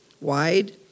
wide